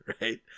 right